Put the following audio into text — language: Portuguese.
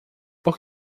por